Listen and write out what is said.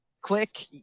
click